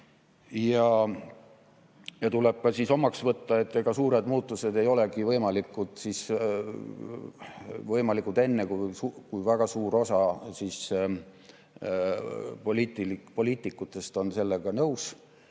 Tuleb ka omaks võtta, et suured muutused ei olegi võimalikud enne, kui väga suur osa poliitikutest on sellega nõus